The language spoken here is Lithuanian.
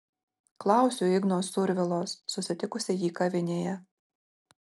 klausiu igno survilos susitikusi jį kavinėje